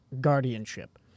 guardianship